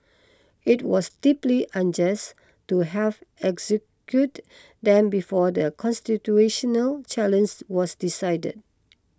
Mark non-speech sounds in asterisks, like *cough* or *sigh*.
it was deeply unjust to have executed them before the constitutional *unintelligible* was decided